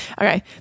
okay